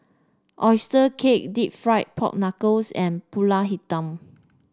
oyster cake deep fried Pork Knuckles and pulut hitam